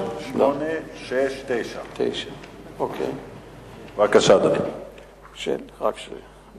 רצוני לשאול: 1. היכן עומדת חקירת רציחת נהג המונית?